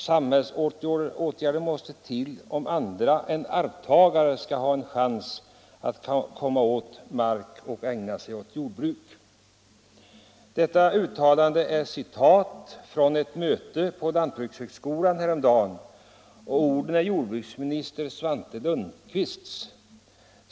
Samhällsåtgärder måste till om andra än arvtagare skall ha en chans att komma åt mark och ägna sig åt jordbruk.” Detta är ett citat från ett uttalande på ett möte på lantbrukshögskolan härom dagen, och orden är jordbruksminister Svante Lundkvists.